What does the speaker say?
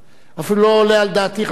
אפילו לא עולה על דעתי.